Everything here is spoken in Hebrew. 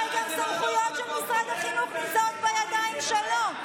הרי סמכויות של משרד החינוך נמצאות גם בידיים שלו.